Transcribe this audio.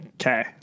Okay